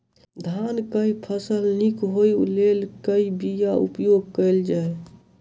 धान केँ फसल निक होब लेल केँ बीया उपयोग कैल जाय?